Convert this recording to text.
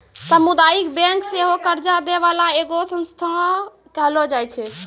समुदायिक बैंक सेहो कर्जा दै बाला एगो संस्थान कहलो जाय छै